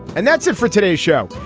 and that's it for today's show.